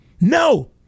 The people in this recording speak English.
No